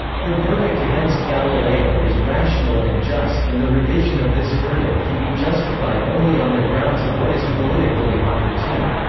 her verdict against galileo was rational and just and the revision of this verdict can be justified only on the grounds of what is politically opportune.